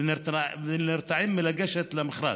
ונרתעים מלגשת למכרז.